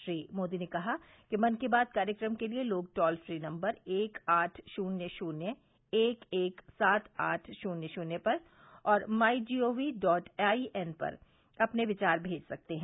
श्री मोदी ने कहा कि मन की बात कार्यक्रम के लिए लोग टोल फ्री नम्बर एक आठ शून्य शून्य एक एक सात आठ शून्य शून्य पर और my G O V dot I N पर अपने विचार भेज सकते हैं